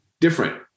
different